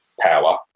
power